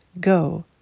go